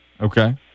Okay